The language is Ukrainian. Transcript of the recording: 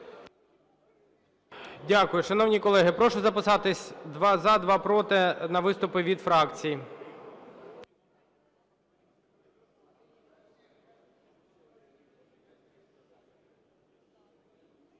Дякую. Шановні колеги, прошу записатися: два – за, два – проти - на виступи від фракцій.